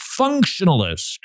functionalist